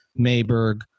Mayberg